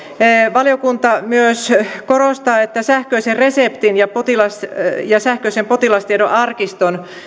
valiokunta myös korostaa että sähköisen reseptin ja sähköisen potilastiedon arkiston